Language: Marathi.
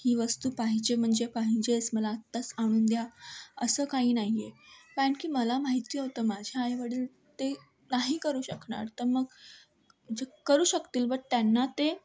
ही वस्तू पाहिजे म्हणजे पाहिजेच मला आत्ताच आणून द्या असं काही नाही आहे कारण की मला माहिती होतं माझ्या आईवडील ते नाही करू शकणार तर मग जे करू शकतील बट त्यांना ते